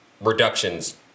reductions